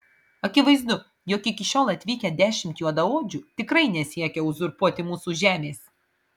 akivaizdu jog iki šiol atvykę dešimt juodaodžių tikrai nesiekia uzurpuoti mūsų žemės